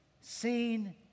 seen